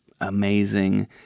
amazing